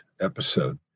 episode